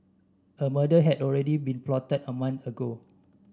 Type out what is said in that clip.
a murder had already been plotted a month ago